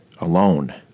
alone